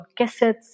cassettes